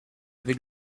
avec